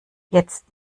jetzt